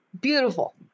Beautiful